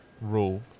rule